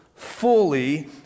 fully